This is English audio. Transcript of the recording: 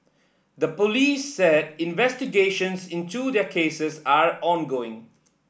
the police said investigations into their cases are ongoing